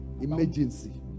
Emergency